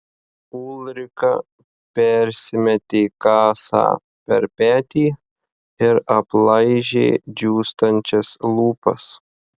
ulrika persimetė kasą per petį ir aplaižė džiūstančias lūpas